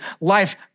life